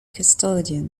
custodian